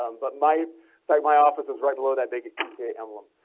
um but my fact my office is right below that big tc emblem.